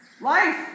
life